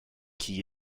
key